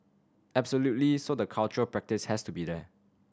absolutely so the cultural practice has to be there